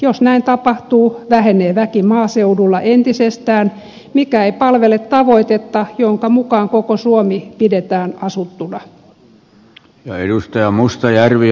jos näin tapahtuu vähenee väki maaseudulla entisestään mikä ei palvele tavoitetta jonka mukaan koko suomi pidetään asuttuna